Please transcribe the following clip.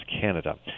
Canada